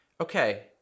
okay